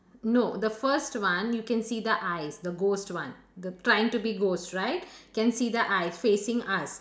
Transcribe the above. no the first one you can see the eyes the ghost one the trying to be ghost right can see the eyes facing us